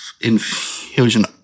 infusion